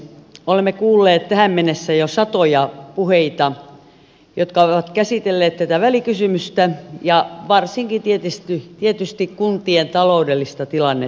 olemme kuulleet tähän mennessä jo satoja puheita jotka ovat käsitelleet tätä välikysymystä ja varsinkin tietysti kuntien taloudellista tilannetta